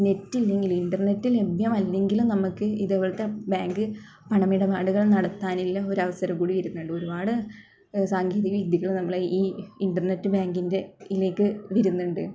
net ഇല്ലെങ്കിൽ internet ലഭ്യമല്ലെങ്കിലും നമുക്ക് ഇതേപോലത്തെ ബാങ്ക് പണമിടപാടുകൾ നടത്താനുള്ള ഒരു അവസരം കൂടി വരുന്നുണ്ട് ഒരുപാട് സാങ്കേതിക വിദ്യയുള്ള നമ്മുടെ ഈ ഇൻ്റർനെറ്റ് ബാങ്കിൻ്റെ ഇതിലേക്ക് വരുന്നുണ്ട്